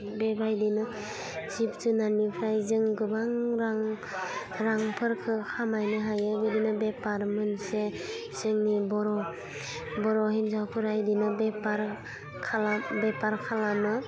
बेबायदिनो जिब जुनारनिफ्राय जों गोबां रां रांफोरखौ खामायनो हायो बिदिनो बेफार मोनसे जोंनि बर' बर' हिन्जावफोरा बिदिनो बेफार खालाम बेफार खालामो